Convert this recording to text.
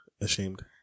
ashamed